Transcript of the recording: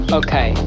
okay